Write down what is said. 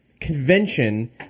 convention